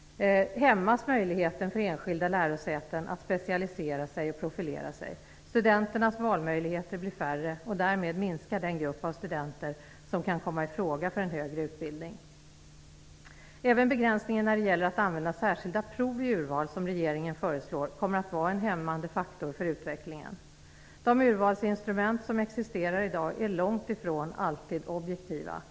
- hämmas möjligheterna för enskilda lärosäten att specialisera sig och profilera sig. Studenternas valmöjligheter blir färre, och därmed minskar den grupp av studenter som kan komma ifråga för en högre utbildning. Även begränsningen när det gäller att använda särskilda prov vid urval, som regeringen nu föreslår, kommer att vara en hämmande faktor för utvecklingen. De urvalsinstrument som existerar i dag är långt ifrån alltid objektiva.